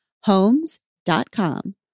Homes.com